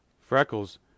Freckles